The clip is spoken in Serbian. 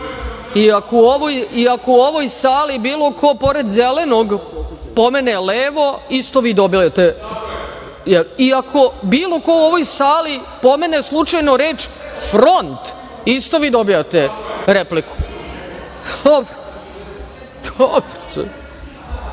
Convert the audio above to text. i ako u ovoj sali bilo ko pored zelenog pomene levo, isto vi dobijate, i ako bilo ko u ovoj sali pomene slučajno reč – front, isto vi dobijate repliku? Dobro. Šta